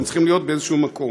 הם צריכים להיות באיזה מקום.